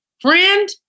friend